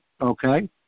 okay